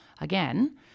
again